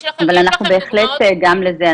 אז אנחנו בהחלט גם בזה.